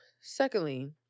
secondly